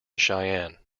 cheyenne